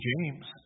James